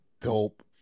dope